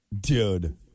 Dude